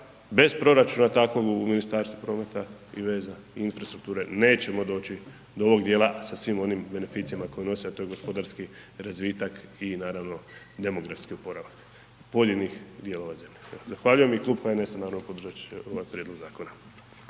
bez proračuna takvog u Ministarstvu prometa i veza i infrastrukture, nećemo doći do ovog djela sa svim beneficijama koje nose a to je gospodarski razvitak i naravno demografski oporavak pojedinih dijelova zemlje. Zahvaljujem i klub HNS-a naravno podržat će ovaj prijedlog zakona.